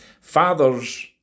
Fathers